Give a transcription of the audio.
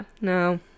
no